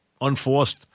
Unforced